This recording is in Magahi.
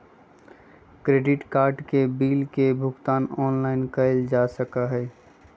क्रेडिट कार्ड के बिल के भुगतान ऑनलाइन कइल जा सका हई